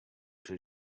did